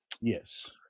Yes